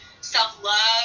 self-love